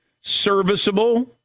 serviceable